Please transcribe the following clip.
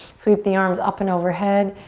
sweep the arms up and overhead,